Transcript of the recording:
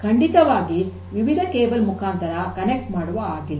ಖಂಡಿತವಾಗಿ ವಿವಿಧ ಕೇಬಲ್ ಮುಖಾಂತರ ಸಂಪರ್ಕ ಮಾಡುವ ಆಗಿಲ್ಲ